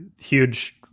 Huge